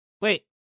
Wait